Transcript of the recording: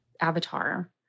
avatar